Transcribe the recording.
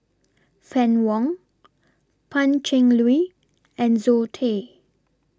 Fann Wong Pan Cheng Lui and Zoe Tay